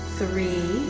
three